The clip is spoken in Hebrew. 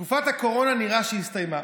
תקופת הקורונה, נראה שהסתיימה,